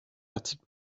article